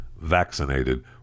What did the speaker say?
vaccinated